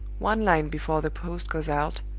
one line before the post goes out,